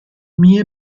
mie